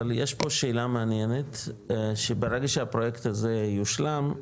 אבל יש פה שאלה מעניינת שברגע שהפרויקט הזה יושלם,